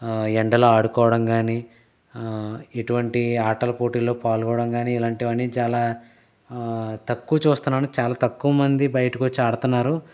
ఎండలో ఆడుకోవడం కానీ ఎటువంటి ఆటలు పోటీల్లో పాల్గొనడం కాని ఇలాంటివన్నీ చాలా తక్కువ చూస్తున్నాను చాలా తక్కువ మంది బయటకు వచ్చి ఆడుతున్నారు